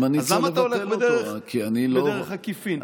אז למה אתה הולך בדרך עקיפין?